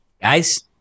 Guys